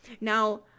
now